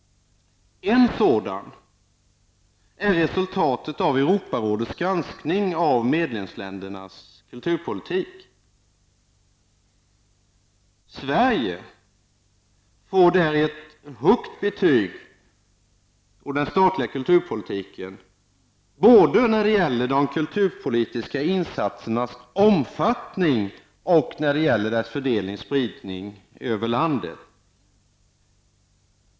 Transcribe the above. En sådan är resultatet av Europarådets granskning av medlemsländernas kulturpolitik. Sverige får ett högt betyg för den statliga kulturpolitiken både när det gäller de kulturpolitiska insatsernas omfattning och när det gäller resursernas fördelning över landet.